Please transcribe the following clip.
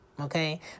okay